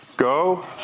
Go